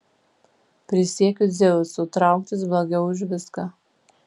prisiekiu dzeusu trauktis blogiau už viską